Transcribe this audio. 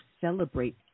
celebrate